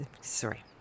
Sorry